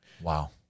Wow